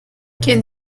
quien